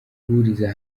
guhuriza